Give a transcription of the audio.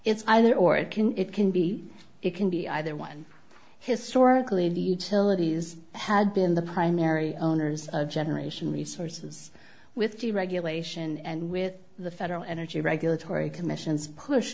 it's either or it can it can be it can be either one historically the utilities had been the primary owners of generation resources with deregulation and with the federal energy regulatory commission